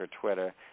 Twitter